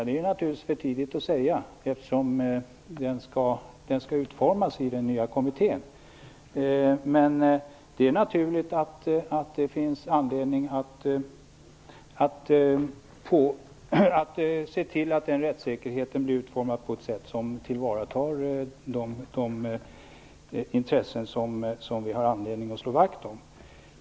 Det är ju svårt att säga, eftersom denna skall utformas i den nya kommittén, men det finns anledning att se till att rättssäkerheten utformas på ett sådant sätt att man tillvaratar de intressen som vi har anledning att slå vakt om.